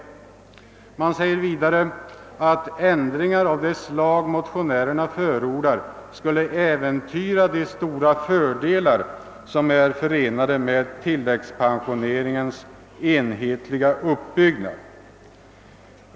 Vidare framhåller utskottet att ändringar av det slag motionärerna förordar skulle »äventyra de stora fördelar som är förenade med tilläggspensioneringens enhetliga uppbyggnad».